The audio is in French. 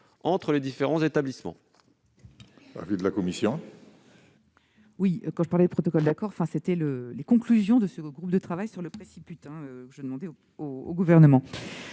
entre les différents établissements.